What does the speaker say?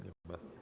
Nie ma.